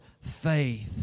faith